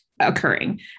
occurring